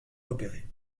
repéré